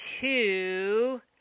two